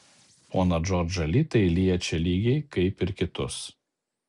poną džordžą li tai liečia lygiai kaip ir kitus